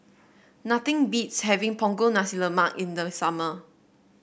nothing beats having Punggol Nasi Lemak in the summer